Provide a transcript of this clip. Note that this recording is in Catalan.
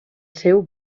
seu